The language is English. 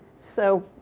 so